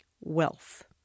Wealth